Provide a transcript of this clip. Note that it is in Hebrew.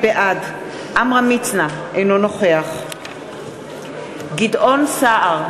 בעד עמרם מצנע, אינו נוכח גדעון סער,